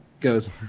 goes